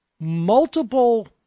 multiple